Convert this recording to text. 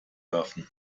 werfen